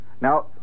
Now